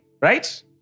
right